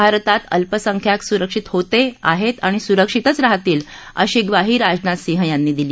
भारतात अल्पसंख्याक सुरक्षित होते आहेत आणि सुरक्षित राहतील अशी ग्वाही राजनाथ सिंह यांनी दिली